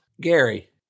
Gary